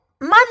Mother